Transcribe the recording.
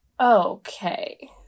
okay